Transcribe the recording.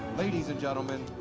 ladies and gentlemen,